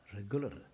Regular